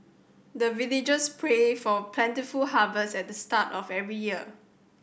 the villagers pray for plentiful harvest at the start of every year